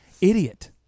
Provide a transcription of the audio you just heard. idiot